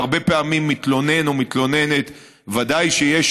הרבה פעמים מתלונן או מתלוננת, ודאי כשיש